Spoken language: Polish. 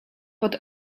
pod